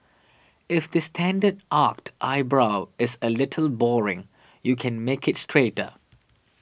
if the standard arched eyebrow is a little boring you can make it straighter